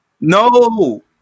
No